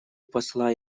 посла